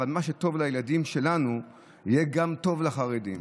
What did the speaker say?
אבל מה שטוב לילדים שלנו יהיה גם טוב לחרדים.